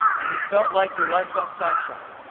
and you felt like your life got sidetracked.